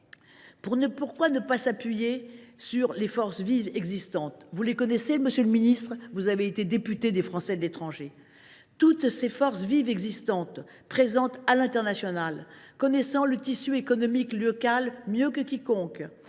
Pourquoi ne pas s’appuyer sur des forces vives existantes ? Vous les connaissez, monsieur le ministre, pour avoir été député représentant les Français établis hors de France : toutes ces forces vives existantes sont présentes à l’international, connaissent le tissu économique local mieux que quiconque,